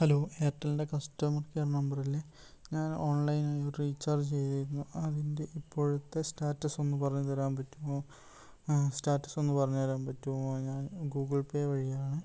hello എയർടെല്ലിൻ്റെ customer care നമ്പറല്ലേ ഞാൻ ഓൺലൈനായി റീച്ചാർജ് ചെയ്തിരുന്നു അതിൻ്റെ ഇപ്പോഴത്തെ സ്റ്റാറ്റസ്സൊന്ന് പറഞ്ഞു തരാൻ പറ്റുമോ സ്റ്റാറ്റസ്സൊന്ന് പറഞ്ഞു തരാൻ പറ്റുമോ ഞാൻ ഗൂഗിൾ പേ വഴിയാണ്